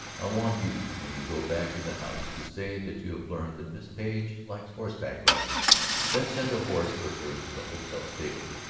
i want you, when you go back to the house, to say that you have learned that miss page likes horseback riding then send a horse for her to the hotel stable,